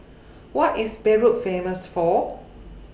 What IS Beirut Famous For